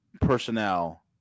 personnel